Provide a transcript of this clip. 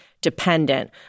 dependent